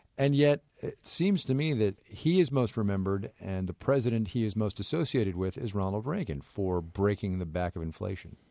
and yet, it seems to me that he is most remembered, and the president he is most associated with is ronald reagan for breaking the back of inflation.